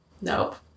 Nope